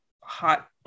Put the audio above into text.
hot